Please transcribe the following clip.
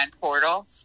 portal